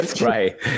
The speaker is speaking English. right